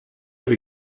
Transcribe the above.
dans